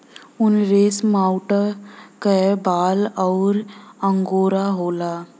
उनरेसमऊट क बाल अउर अंगोरा होला